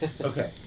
Okay